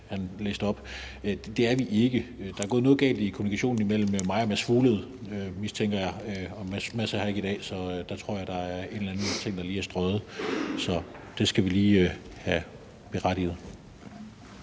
Det er vi ikke. Der er gået noget galt i kommunikationen mellem mig og hr. Mads Fuglede, har jeg en mistanke om, og hr. Mads Fuglede er her ikke i dag. Jeg tror, der er en eller anden ting, der lige er smuttet. Så det skal vi lige have rettet.